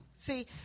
See